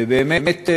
ובאמת,